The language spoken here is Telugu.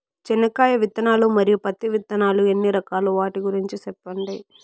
చెనక్కాయ విత్తనాలు, మరియు పత్తి విత్తనాలు ఎన్ని రకాలు వాటి గురించి సెప్పండి?